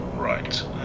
Right